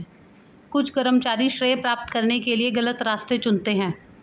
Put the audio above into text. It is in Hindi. कुछ कर्मचारी श्रेय प्राप्त करने के लिए गलत रास्ते चुनते हैं